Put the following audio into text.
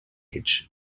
age